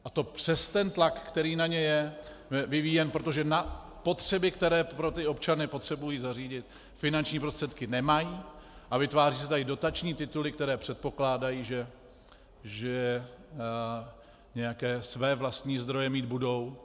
A to přes ten tlak, který na ně je vyvíjen, protože na potřeby, které pro ty občany potřebují zařídit, finanční prostředky nemají, a vytvářejí se tady dotační tituly, které předpokládají, že nějaké své vlastní zdroje mít budou.